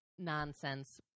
Nonsense